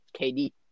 KD